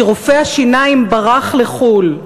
כי רופא השיניים ברח לחו"ל.